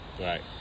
Right